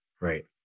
Right